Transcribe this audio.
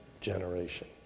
generation